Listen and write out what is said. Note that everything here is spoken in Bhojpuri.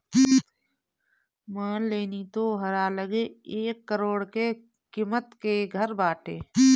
मान लेनी तोहरा लगे एक करोड़ के किमत के घर बाटे